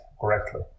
correctly